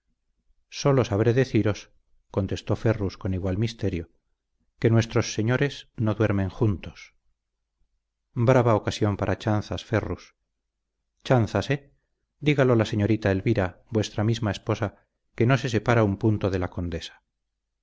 sólo sabré deciros contestó ferrus con igual misterio que nuestros señores no duermen juntos brava ocasión para chanzas ferrus chanzas eh dígalo la señorita elvira vuestra misma esposa que no se separa un punto de la condesa